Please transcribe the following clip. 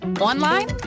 online